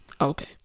Okay